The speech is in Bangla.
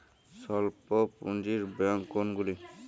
স্বল্প পুজিঁর ব্যাঙ্ক কোনগুলি?